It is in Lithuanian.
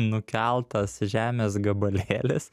nukeltas žemės gabalėlis